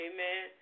Amen